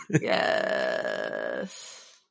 Yes